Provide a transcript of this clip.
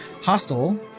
Hostel